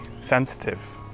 sensitive